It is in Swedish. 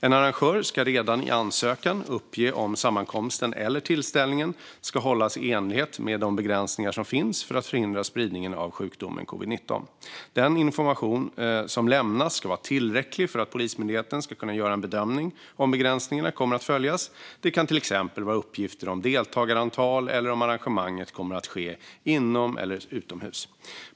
En arrangör ska redan i ansökan uppge om sammankomsten eller tillställningen ska hållas i enlighet med de begränsningar som finns för att förhindra spridningen av sjukdomen covid-19. Den information som lämnas ska vara tillräcklig för att Polismyndigheten ska kunna göra en bedömning om begränsningarna kommer att följas. Det kan till exempel vara uppgifter om deltagarantal eller om arrangemanget kommer att ske inom eller utomhus.